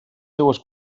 seues